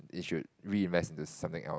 you should reinvest into something else